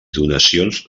donacions